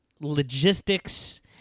logistics